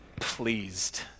Pleased